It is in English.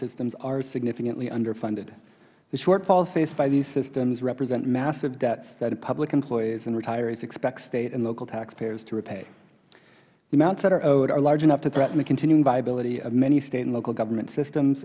systems are significantly underfunded the shortfalls faced by these systems represent massive debts that public employees and retirees expect state and local taxpayers to repay the amounts that are owed are large enough to threaten the continuing viability of many state and local government systems